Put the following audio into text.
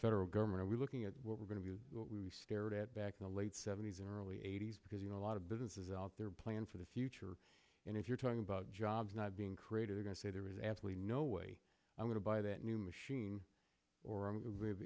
federal government are we looking at what we're going to be what we stared at back in the late seventy's and early eighty's because you know a lot of businesses out there plan for the future and if you're talking about jobs not being created are going to say there is absolutely no way i'm going to buy that new machine or